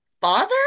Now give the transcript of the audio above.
father